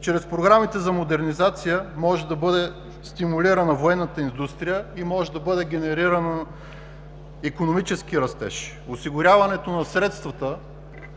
Чрез програмите за модернизация може да бъде стимулирана военната индустрия и може да бъде генериран икономически растеж. Осигуряването на средствата